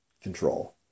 control